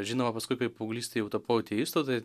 žinoma paskui kai paauglystėj jau tapau ateistu tai